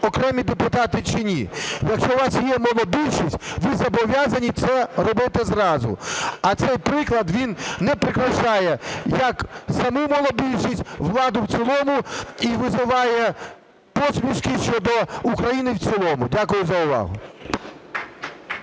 окремі депутати чи ні, якщо у вас є монобільшість, ви зобов'язані це робити зразу, а цей приклад, він не прикрашає як саму монобільшість, владу в цілому і викликає посмішки щодо України в цілому. Дякую за увагу.